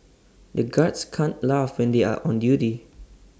the guards can't laugh when they are on duty